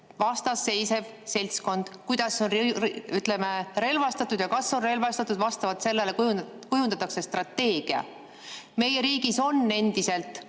vastas seisev seltskond relvastatud ja kas [üldse] on relvastatud. Vastavalt sellele kujundatakse strateegia. Meie riigis on endiselt